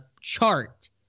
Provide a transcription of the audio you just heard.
chart